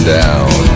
down